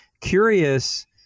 curious